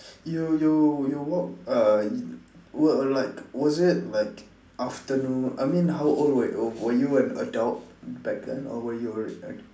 you you you walk uh you were like was it like afternoon I mean how old were were y~ were you an adult back then or were you a a